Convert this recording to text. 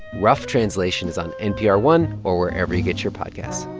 rough translation is on npr one or wherever you get your podcasts